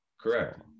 Correct